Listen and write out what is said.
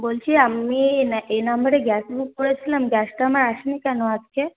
বলছি আমি এই নম্বরে গ্যাস বুক করেছিলাম গ্যাসটা আমার আসেনি কেন আজকে